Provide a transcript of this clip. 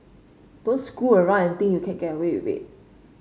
don't screw around and think you can get away with it